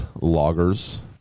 loggers